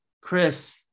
Chris